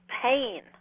pain